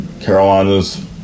Carolinas